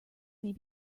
may